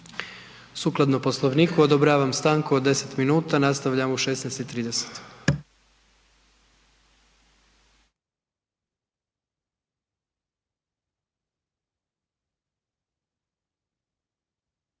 Sukladno Poslovniku odobravam stanku od 10 minuta, nastavljamo u 16,30.